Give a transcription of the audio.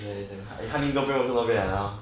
ya there's a 翰林 girlfriend also not bad like ah